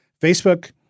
Facebook –